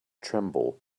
tremble